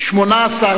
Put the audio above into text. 1 9 נתקבלו.